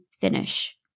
finish